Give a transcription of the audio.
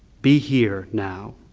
be here now.